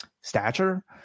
stature